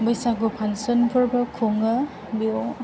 बैसागु फांसनफोरबो खुङो बेयाव